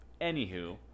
anywho